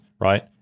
right